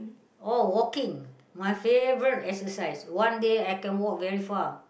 oh walking my favourite exercise one day I can walk very far